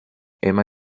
emma